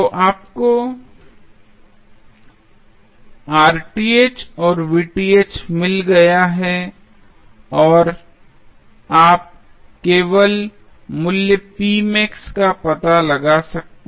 तो अब आपको और मिल गया है और आप केवल मूल्य p max का पता लगा सकते हैं